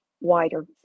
wider